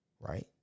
right